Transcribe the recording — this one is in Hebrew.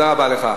תודה רבה לך,